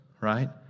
right